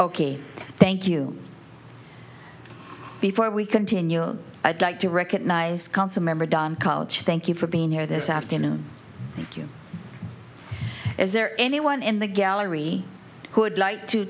ok thank you before we continue i'd like to recognize council member don called to thank you for being here this afternoon thank you is there anyone in the gallery who would like to